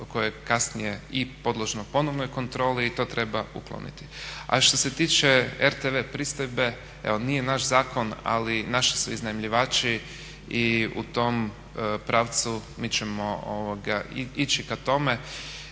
koje kasnije i podložno ponovnoj kontroli i to treba ukloniti. A što se tiče RTV pristojbe, evo nije naš zakon, ali naši su iznajmljivači i u tom pravcu mi ćemo ići ka tome